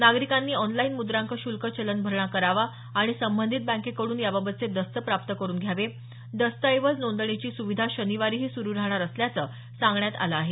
नागरीकांनी ऑनलाईन मुद्रांक शुल्क चलन भरणा करावा आणि संबंधित बँकेकड्रन याबाबतचे दस्त प्राप्त करुन घ्यावे दस्तऐवज नोंदणीची सुविधा शनिवारीही सुरू राहणार असल्याचं सांगण्यात आलं आहे